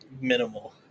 minimal